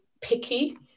picky